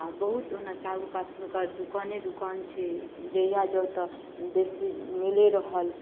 आ बहुत ओना हुनकर चारूकात दुकाने दुकान छै जहिया जाउ ओतऽ बेसी मेले रहल